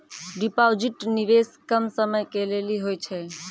Deposit निवेश कम समय के लेली होय छै?